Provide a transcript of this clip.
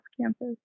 campus